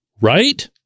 Right